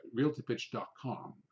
realtypitch.com